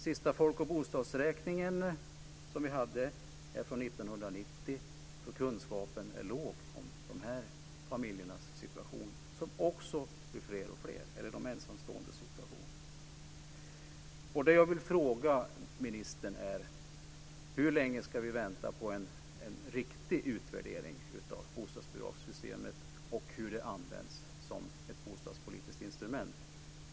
Sista folk och bostadsräkningen som vi hade är från 1990, så kunskapen är liten om de här familjernas och de ensamståendes situation, och de blir också fler och fler. Det jag vill fråga ministern är: Hur länge ska vi vänta på en riktig utvärdering av bostadbidragssystemet och hur det används som ett bostadspolitiskt instrument?